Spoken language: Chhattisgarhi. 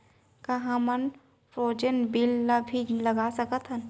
का हमन फ्रोजेन बीज ला भी लगा सकथन?